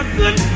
good